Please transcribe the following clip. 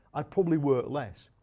i'd probably work less.